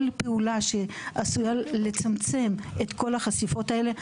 כל פעולה שעשויה לצמצם את כל החשיפות האלה,